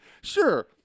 sure